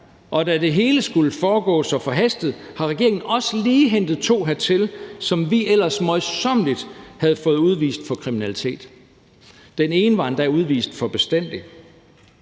og da det hele skulle foregå så forhastet, har regeringen også lige hentet 2 hertil, som vi ellers møjsommeligt havde fået udvist for kriminalitet. Den ene var endda udvist for bestandig.